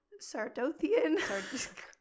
Sardothian